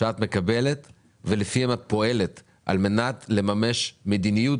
שאת מקבלת ולפיהם את פועלת על מנת לממש מדיניות,